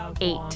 Eight